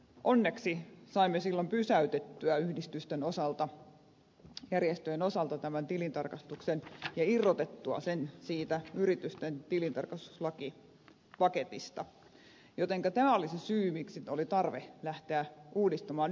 onneksi saimme silloin pysäytettyä yhdistysten osalta järjestöjen osalta tämän tilintarkastuksen ja irrotettua sen siitä yritysten tilintarkastuslakipaketista jotenka tämä oli se syy miksi oli tarve lähteä uudistamaan yhdistyslakia